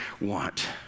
want